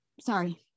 Sorry